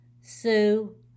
Sue